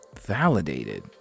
validated